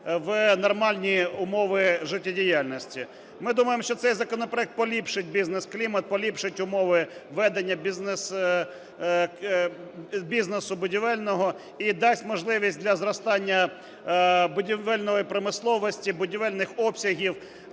в нормальні умови життєдіяльності. Ми думаємо, що цей законопроект поліпшить бізнес-клімат, поліпшить умови ведення бізнесу будівельного і дасть можливість для зростання будівельної промисловості, будівельних обсягів,